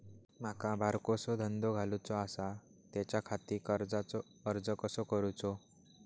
माका बारकोसो धंदो घालुचो आसा त्याच्याखाती कर्जाचो अर्ज कसो करूचो?